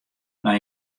nei